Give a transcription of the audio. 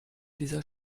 dieser